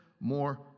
more